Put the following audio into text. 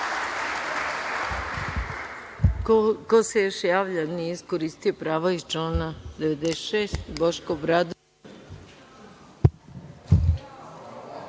Hvala.